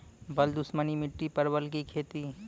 बल दुश्मनी मिट्टी परवल की खेती?